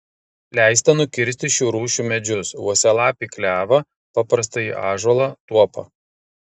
leista nukirsti šių rūšių medžius uosialapį klevą paprastąjį ąžuolą tuopą